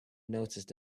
noticed